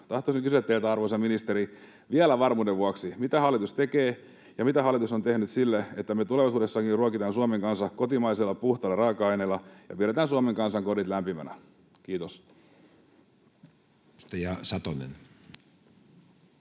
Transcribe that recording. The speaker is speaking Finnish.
Tahtoisin kysyä teiltä, arvoisa ministeri, vielä varmuuden vuoksi: mitä hallitus tekee ja mitä hallitus on tehnyt sille, että me tulevaisuudessakin ruokitaan Suomen kansa kotimaisilla puhtailla raaka-aineilla ja pidetään Suomen kansan kodit lämpiminä? — Kiitos.